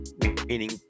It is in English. meaning